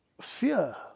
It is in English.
fear